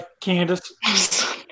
Candace